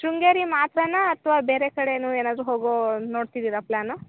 ಶೃಂಗೇರಿ ಮಾತ್ರನಾ ಅಥವಾ ಬೇರೆ ಕಡೆ ಏನು ಏನಾದರು ಹೋಗೋ ನೋಡ್ತಿದ್ದೀರ ಪ್ಲ್ಯಾನು